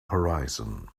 horizon